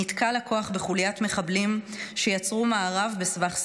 נתקל הכוח בחוליית מחבלים שיצרו מארב בסבך שיחים.